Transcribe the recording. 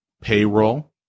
Payroll